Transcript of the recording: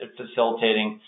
facilitating